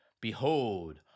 Behold